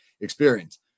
experience